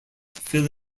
fill